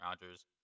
Rodgers